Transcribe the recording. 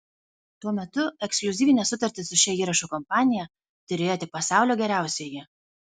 tuo metu ekskliuzyvines sutartis su šia įrašų kompanija turėjo tik pasaulio geriausieji